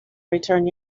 return